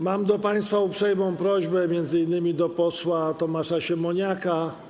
Mam do państwa uprzejmą prośbę, m.in. do posła Tomasza Siemoniaka.